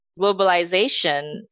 Globalization